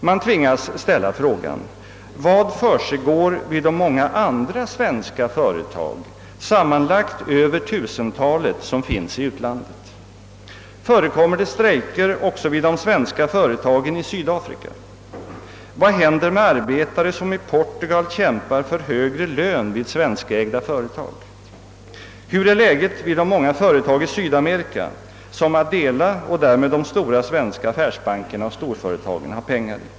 Man tvingas ställa frågan: Vad försiggår vid de många andra svenska företag, sammanlagt över tusentalet, som finns i utlandet? Förekommer det strejker också vid de svenska företagen i Sydafrika? Vad händer med arbetare som i Portugal kämpar för högre lön vid svenskägda företag? Hur är läget vid de många företag i Sydamerika som ADELA och därmed svenska affärsbanker och storföretag har pengar i?